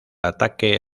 ataque